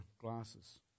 glasses